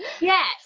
Yes